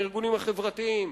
הארגונים החברתיים.